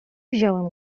wziąłem